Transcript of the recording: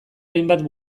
hainbat